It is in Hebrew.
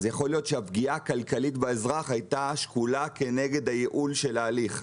אז יכול להיות שהפגיעה הכלכלית באזרח הייתה שקולה כנגד הייעול של ההליך.